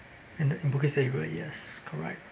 in the in Bugis area yes correct